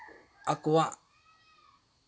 ᱟᱠᱚᱣᱟᱜ